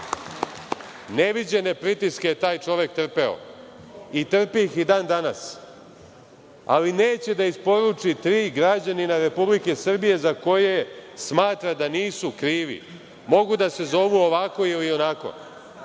Neviđene pritiske je taj čovek trpeo i trpi ih i dan danas, ali neće da isporuči tri građanina Republike Srbije za koje smatra da nisu krivi. Mogu da se zovu ovako ili onako.